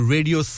Radio